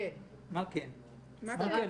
נכון,